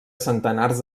centenars